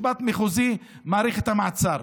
המחוזי מאריך את המעצר.